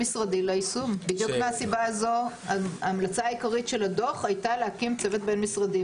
בדיוק מהסיבה הזו ההמלצה העיקרית של הדוח הייתה להקים צוות בין-משרדי.